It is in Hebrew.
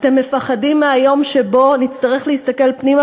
אתם מפחדים מהיום שבו נצטרך להסתכל פנימה